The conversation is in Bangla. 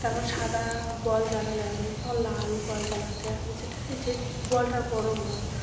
তখন সাদা বল জ্বালালে হবে না তখন লাল বল জ্বালাতে হবে যেটাই যে বলটা গরম হয়